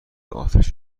آتش